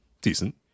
decent